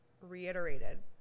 reiterated